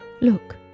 Look